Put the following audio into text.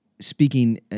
speaking